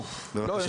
לא,